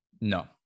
no